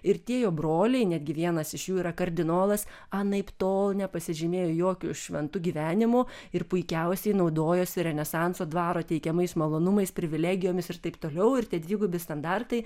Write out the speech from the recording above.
ir tie jo broliai netgi vienas iš jų yra kardinolas anaiptol nepasižymėjo jokiu šventu gyvenimu ir puikiausiai naudojosi renesanso dvaro teikiamais malonumais privilegijomis ir taip toliau ir tie dvigubi standartai